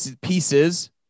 pieces